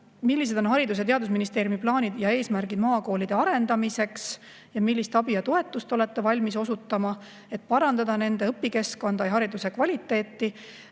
Millised on Haridus‑ ja Teadusministeeriumi plaanid ja eesmärgid maakoolide arendamiseks ja millist abi ja toetust olete valmis osutama, et parandada nende õpikeskkonda ja hariduse kvaliteeti?